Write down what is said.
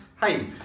Hey